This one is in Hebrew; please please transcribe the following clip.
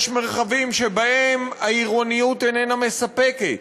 יש מרחבים שבהם העירוניות איננה מספקת.